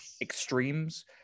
extremes